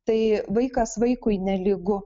tai vaikas vaikui nelygu